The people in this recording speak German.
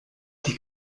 die